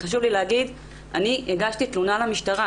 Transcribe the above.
חשוב לי להגיד שאני הגשתי תלונה במשטרה,